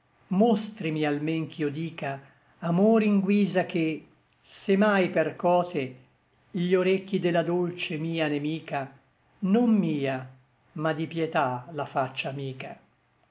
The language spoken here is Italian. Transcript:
mostrimi almen ch'io dica amor in guisa che se mai percote gli orecchi de la dolce mia nemica non mia ma di pietà la faccia amica